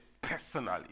personally